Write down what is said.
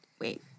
Wait